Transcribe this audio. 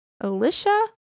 Alicia